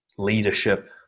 Leadership